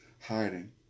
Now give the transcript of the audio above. hiding